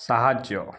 ସାହାଯ୍ୟ